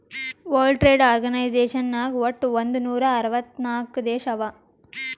world trade organisation ನಾಗ್ ವಟ್ ಒಂದ್ ನೂರಾ ಅರ್ವತ್ ನಾಕ್ ದೇಶ ಅವಾ